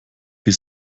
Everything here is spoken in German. die